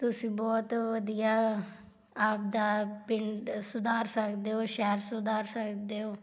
ਤੁਸੀਂ ਬਹੁਤ ਵਧੀਆ ਆਪਦਾ ਪਿੰਡ ਸੁਧਾਰ ਸਕਦੇ ਹੋ ਸ਼ਹਿਰ ਸੁਧਾਰ ਸਕਦੇ ਹੋ